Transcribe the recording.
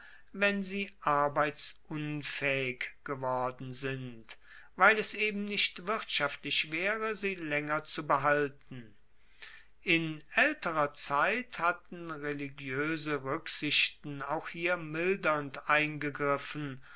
wenn sie arbeitsunfaehig geworden sind weil es ebenfalls nicht wirtschaftlich waere sie laenger zu behalten in aelterer zeit hatten religioese ruecksichten auch hier mildernd eingegriffen